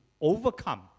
overcome